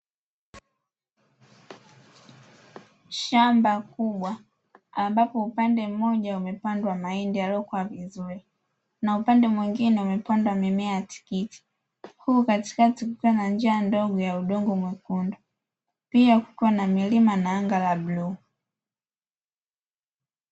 Shamba kubwa ambapo upande mmoja umepandwa mahindi yaliyokuwa vizuri na upande mwingine imepandwa mimea ya tikiti, huku katikati kukiwa na njia ndogo ya udongo mwekundu pia kukiwa na milima na anga la bluu.